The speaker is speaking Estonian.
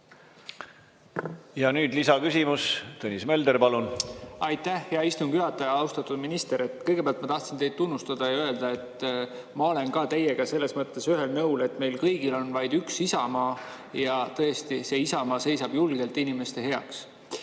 Ja nüüd lisaküsimus. Tõnis Mölder, palun! Aitäh, hea istungi juhataja! Austatud minister! Kõigepealt ma tahan teid tunnustada ja öelda, et ma olen teiega selles mõttes ühel nõul, et meil kõigil on vaid üks isamaa ja tõesti see isamaa seisab julgelt inimeste